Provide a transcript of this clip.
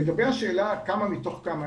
לגבי השאלה כמה מתוך כמה,